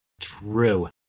True